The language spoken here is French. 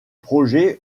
projets